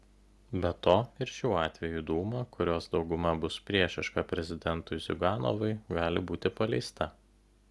be to ir šiuo atveju dūma kurios dauguma bus priešiška prezidentui ziuganovui gali būti paleista